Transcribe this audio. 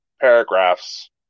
paragraphs